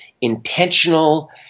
intentional